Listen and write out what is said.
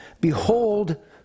Behold